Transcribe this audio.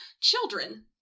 children